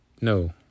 No